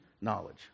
knowledge